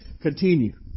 Continue